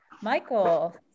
Michael